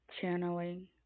channeling